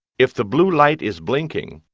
if the blue light is blinking,